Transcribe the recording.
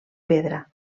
pedra